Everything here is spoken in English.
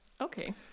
okay